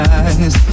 eyes